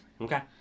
Okay